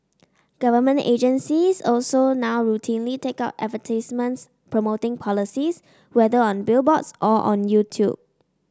government agencies also now routinely take out advertisements promoting policies whether on billboards or on YouTube